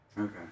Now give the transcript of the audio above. Okay